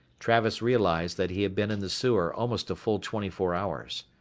travis realized that he had been in the sewer almost a full twenty four hours.